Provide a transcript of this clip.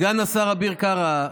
סגן השר אביר קארה,